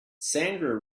sandra